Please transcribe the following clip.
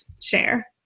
share